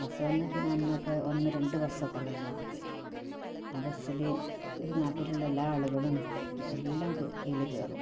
bus വന്നതിൽ പിന്നെ ഒന്നൊക്കെ ഒന്ന് രണ്ട് ബസ്സൊക്കെ ഉള്ളായിരുന്നു ആദ്യം ആ ബസ്സില് ഒര് നാട്ടിലുള്ള എല്ലാ ആളുകളും എല്ലാം കേ അതിൽ കയറും